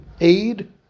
aid